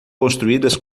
construídas